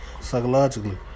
psychologically